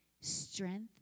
strength